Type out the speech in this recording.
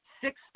six